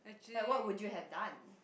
like what would you have done